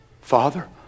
Father